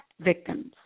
victims